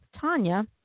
Tanya